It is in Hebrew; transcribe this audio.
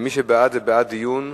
מי שבעד, זה בעד דיון.